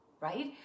right